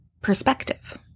perspective